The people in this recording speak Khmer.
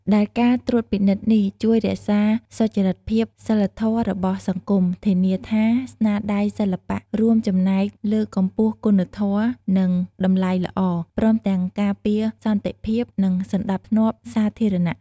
ដែលការត្រួតពិនិត្យនេះជួយរក្សាសុចរិតភាពសីលធម៌របស់សង្គម ធានាថាស្នាដៃសិល្បៈរួមចំណែកលើកកម្ពស់គុណធម៌ និងតម្លៃល្អ ព្រមទាំងការពារសន្តិភាព និងសណ្ដាប់ធ្នាប់សាធារណៈ។